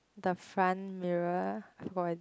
the front mirror for it